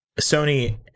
Sony